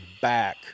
back